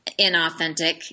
inauthentic